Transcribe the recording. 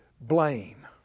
blame